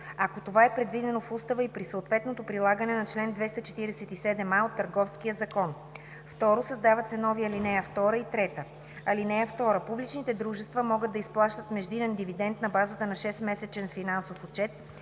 ако това е предвидено в устава и при съответно прилагане на чл. 247а от Търговския закон.” 2. Създават се нови ал. 2 и 3: „(2) Публичните дружества могат да изплащат междинен дивидент на базата на 6-месечен финансов отчет,